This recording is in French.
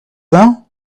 vin